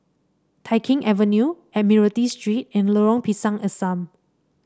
Tai Keng Avenue Admiralty Street and Lorong Pisang Asam